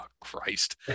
Christ